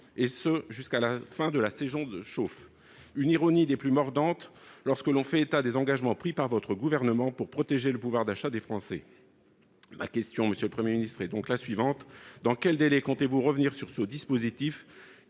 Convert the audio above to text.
et ce jusqu'à la fin de la saison de chauffe. C'est une ironie des plus mordantes lorsque l'on fait état des engagements pris par votre gouvernement pour protéger le pouvoir d'achat des Français ! Monsieur le Premier ministre, dans quels délais comptez-vous revenir sur ce dispositif,